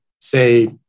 say-